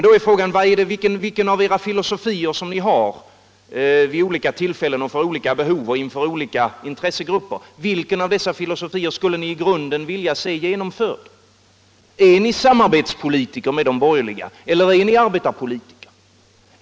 Då är frågan: Vilken av de filosofier som ni har vid olika tillfällen, för olika behov och inför olika intressegrupper skulle ni i grunden vilja se genomförd? Är ni samarbetspolitiker i förhållande till de borgerliga eller är ni arbetarpolitiker?